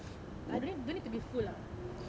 I don't need to be full lah